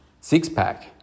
six-pack